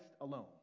alone